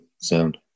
sound